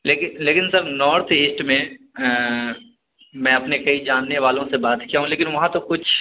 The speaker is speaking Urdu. لیکن لیکن سر نارتھ ایسٹ میں میں اپنے کئی جاننے والوں سے بات کیا ہوں لیکن وہاں تو کچھ